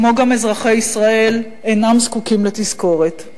כמו גם אזרחי ישראל, אינם זקוקים לתזכורת.